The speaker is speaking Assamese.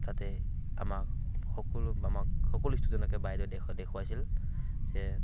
তাতে আমাক সকলো আমাক সকলো ষ্টুডেণ্টকে বাইদেৱে দেখোৱাইছিল যে